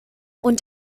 und